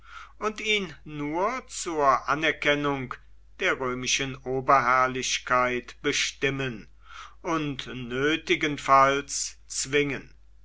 und ihn nur zur anerkennung der römischen oberherrlichkeit bestimmen und nötigenfalls zwingen